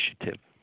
Initiative